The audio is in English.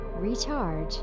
recharge